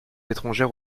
étrangère